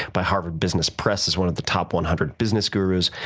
by harvard business press as one of the top one hundred business gurus,